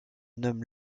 nomme